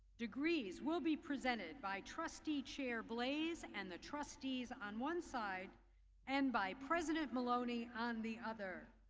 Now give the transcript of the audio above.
degrees will be presented by trustees chair blaze and the trustees on one side and by president maloney on the other.